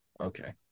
Okay